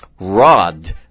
rod